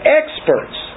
experts